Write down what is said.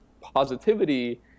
positivity